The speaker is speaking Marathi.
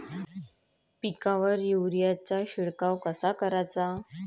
पिकावर युरीया चा शिडकाव कसा कराचा?